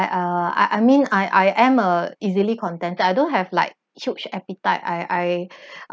and uh I I mean I I am a easily contented I don't have like huge appetite I I